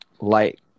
light